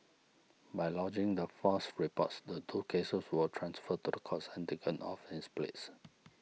by lodging the false reports the two cases were transferred to the courts and taken off his place